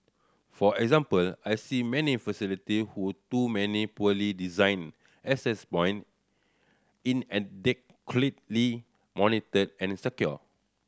for example I see many facility who too many poorly designed access point inadequately monitored and secured